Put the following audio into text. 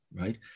right